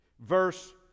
Verse